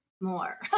more